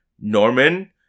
Norman